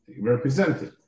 represented